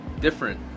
different